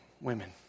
women